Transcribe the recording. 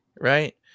right